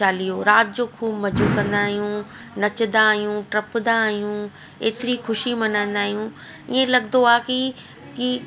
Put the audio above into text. चालीहो राति जो ख़ूब मज़ो कंदा आहियूं नचंदा आहियूं टपंदा आहियूं एतिरी ख़ुशी मल्हाईंदा आहियूं ईअं लॻंदो आहे की की